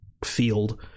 Field